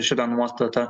šitą nuostatą